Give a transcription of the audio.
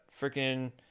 freaking